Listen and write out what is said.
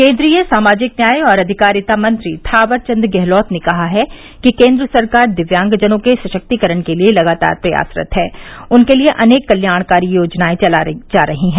केन्द्रीय सामाजिक न्याय और आधिकारिता मंत्री थॉवर चन्द गहलोत ने कहा है कि केन्द्र सरकार दिव्यांगजनों के सशक्तिकरण के लिये लगातार प्रयासरत है उनके लिये अनेक कल्याणकारी योजनाए चलाई जा रही है